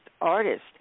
artist